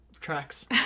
tracks